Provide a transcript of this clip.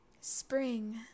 spring